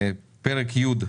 פרק י',